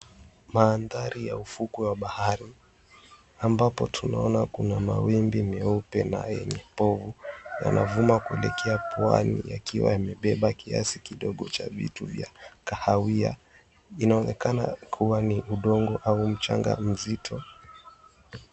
Maandhari ya ufuo wa bahari ambapo tunaona kuna mawimbi meupe na yenye povu. Yanavuma kuelekea pwani yakiwa yamebeba kiasi kidogo ya vitu vya kahawia. Inaonekana kuwa ni udongo au mchanga mzito.